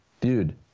dude